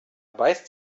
beißt